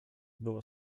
było